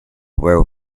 were